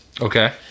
Okay